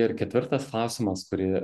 ir ketvirtas klausimas kurį